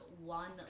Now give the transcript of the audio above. one